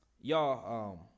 y'all